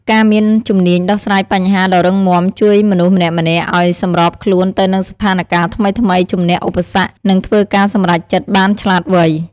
ការមានជំនាញដោះស្រាយបញ្ហាដ៏រឹងមាំជួយមនុស្សម្នាក់ៗឲ្យសម្របខ្លួនទៅនឹងស្ថានការណ៍ថ្មីៗ ជំនះឧបសគ្គ និងធ្វើការសម្រេចចិត្តបានឆ្លាតវៃ។